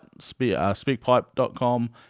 speakpipe.com